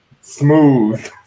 Smooth